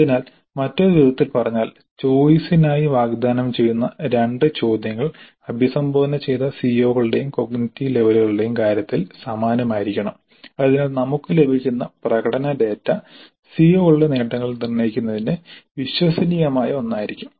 അതിനാൽ മറ്റൊരു വിധത്തിൽ പറഞ്ഞാൽ ചോയിസിനായി വാഗ്ദാനം ചെയ്യുന്ന 2 ചോദ്യങ്ങൾ അഭിസംബോധന ചെയ്ത സിഒകളുടെയും കോഗ്നിറ്റീവ് ലെവലുകളുടെയും കാര്യത്തിൽ സമാനമായിരിക്കണം അതിനാൽ നമുക്ക് ലഭിക്കുന്ന പ്രകടന ഡാറ്റ സിഒകളുടെ നേട്ടങ്ങൾ നിർണ്ണയിക്കുന്നതിന് വിശ്വസനീയമായ ഒന്നായിരിക്കും